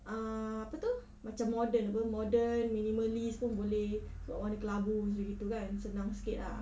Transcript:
uh apa itu macam modern apa modern minimalist pun boleh sebab warna kelabu macam itu kan senang sikit lah